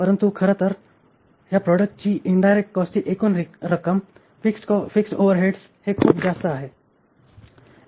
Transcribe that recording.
परंतु खरं तर ह्या प्रॉडक्ट ची इनडायरेक्ट कॉस्टची एकूण रक्कम फिक्स्ड ओव्हरहेडस हे खूप जास्त आहे